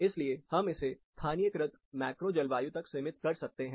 इसलिए हम इसे स्थानीयकृत मैक्रो जलवायु तक सीमित कर सकते हैं